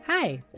Hi